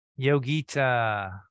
Yogita